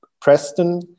Preston